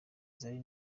zari